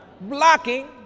blocking